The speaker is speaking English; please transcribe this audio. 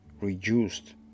reduced